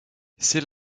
c’est